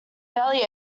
barely